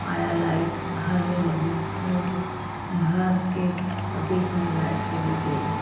आया लाइट भरने लगी और भर के और बीच में लाइट चली गई